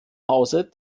hause